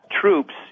troops